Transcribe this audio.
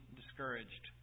discouraged